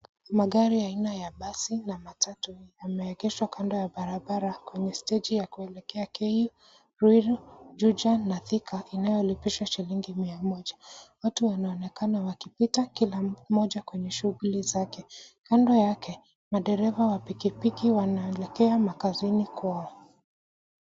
Magari aina ya basi na matatu yameegeshwa kando ya barabara kwenye steji ya kuelekea KU, Ruiru, Juja na Thika inayolipisha shilingi mia moja. Watu wanaonekana wakipita kila mmoja kwenye shuguli zake. Kando yake madereva wa pikipiki wanaelekea makazini kwao.